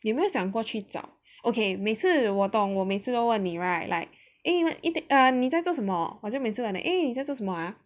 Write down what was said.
有没有想过去找 okay 每次我懂我每次都问你 right like err ehh 你在做什么好像每次好像 eh 你在做什么 ah